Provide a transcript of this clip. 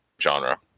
genre